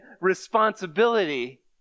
responsibility